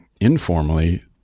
informally